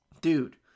Dude